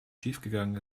schiefgegangen